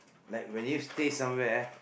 like when you stay somewhere